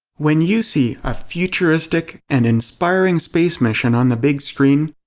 when you see a futuristic and inspiring space mission on the big screen,